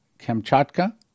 Kamchatka